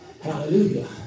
Hallelujah